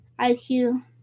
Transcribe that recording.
IQ